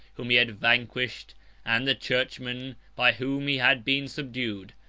whom he had vanquished and the churchmen, by whom he had been subdued,